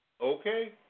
Okay